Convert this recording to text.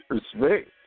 Respect